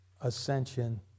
ascension